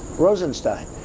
rosenstein.